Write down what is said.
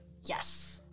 Yes